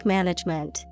Management